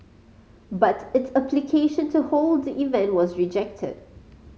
but its application to hold the event was rejected